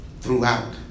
throughout